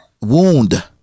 wound